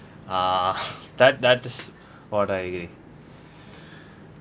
ah that that is what I agree